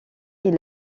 est